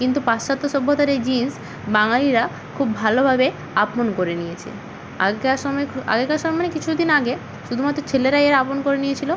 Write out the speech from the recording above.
কিন্তু পাশ্চাত্য সভ্যতার এই জিন্স বাঙালিরা খুব ভালোভাবে আপন করে নিয়েছে আগেকার সময় আগেকার সময় মানে কিছু দিন আগে শুধুমাত্র ছেলেরাই এর আপন করে নিয়েছিলো